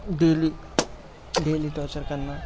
daily daily torture کرنا